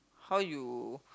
how you